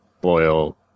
boil